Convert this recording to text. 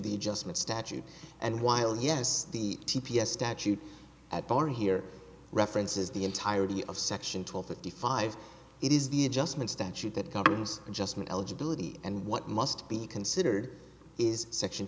the adjustment statute and while yes the t p s statute at bar here references the entirety of section two hundred fifty five it is the adjustment statute that governs adjustment eligibility and what must be considered is section